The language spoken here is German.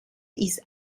ist